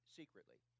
secretly